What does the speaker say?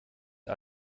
mit